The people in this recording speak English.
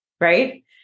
right